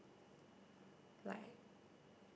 like